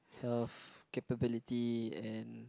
health capability and